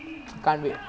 orh not bad lah